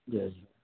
जय